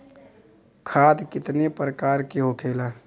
खाद कितने प्रकार के होखेला?